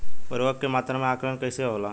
उर्वरक के मात्रा में आकलन कईसे होला?